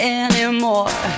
anymore